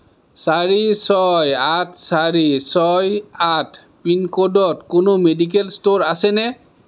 চাৰি ছয় আঠ চাৰি ছয় আঠ পিনক'ডত কোনো মেডিকেল ষ্ট'ৰ আছেনে